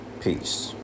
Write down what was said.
Peace